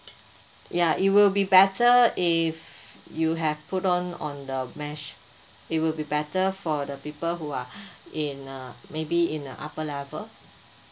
ya it will be better if you have put on on the mesh it will be better for the people who are in uh maybe in the upper level